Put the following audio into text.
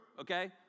okay